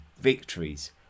victories